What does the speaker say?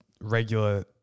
regular